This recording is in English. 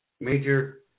major